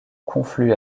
conflue